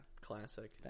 Classic